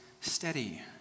steady